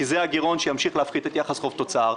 כי זה הגרעון שימשיך להפחית את יחס חוב תוצר,